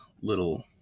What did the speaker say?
little